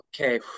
okay